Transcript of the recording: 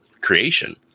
creation